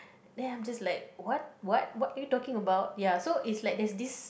then I'm just like what what what are you talking about ya so is like that this